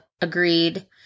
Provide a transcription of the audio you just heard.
agreed